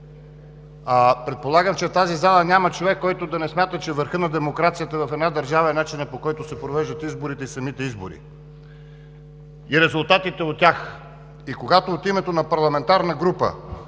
Предполагам, че в тази зала няма човек, който да не смята, че върхът на демокрацията в една държава е начинът, по който се провеждат изборите и самите избори, и резултатите от тях. И когато от името на парламентарна група,